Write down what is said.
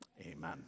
Amen